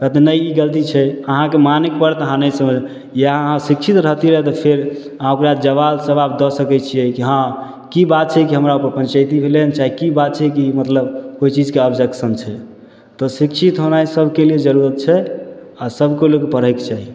कहतै नहि ई गलती छै अहाँके मानैके पड़त अहाँ इएह अहाँ शिक्षित रहितिए फेर अहाँ ओकरा जवाब सवाब दऽ सकै छिए कि हँ कि बात छै कि हमरा उपर पञ्चैती होलै चाहे कि बात छिए कि मतलब कोइ चीजके ऑब्जेक्शन छै तऽ शिक्षित होनाइ सभकेलिए जरूरत छै आओर सभके लोक पढ़ैके चाही